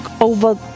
over